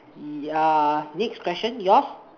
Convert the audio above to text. yeah next question yours